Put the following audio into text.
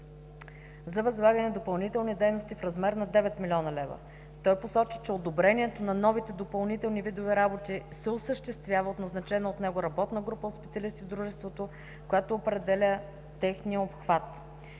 за възлагане на допълнителни дейности в размер на 9 млн. лв. Той посочи, че одобрението на новите допълнителни видове работи се осъществява от назначена от него работна група от специалисти в дружеството, което определя техния обхват.